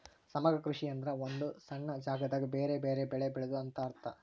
ಸಮಗ್ರ ಕೃಷಿ ಎಂದ್ರ ಒಂದು ಸಣ್ಣ ಜಾಗದಾಗ ಬೆರೆ ಬೆರೆ ಬೆಳೆ ಬೆಳೆದು ಅಂತ ಅರ್ಥ